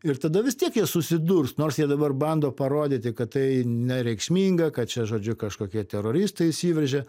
ir tada vis tiek jie susidurs nors jie dabar bando parodyti kad tai nereikšminga kad čia žodžiu kažkokie teroristai įsiveržė